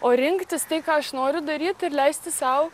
o rinktis tai ką aš noriu daryt ir leisti sau